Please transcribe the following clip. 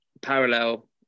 parallel